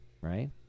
right